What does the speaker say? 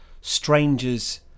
strangers